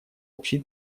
общие